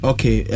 Okay